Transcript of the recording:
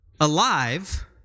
alive